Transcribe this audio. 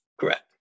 Correct